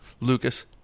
Lucas